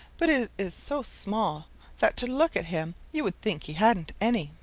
but it is so small that to look at him you would think he hadn't any,